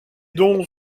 dons